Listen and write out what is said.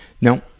No